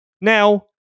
Now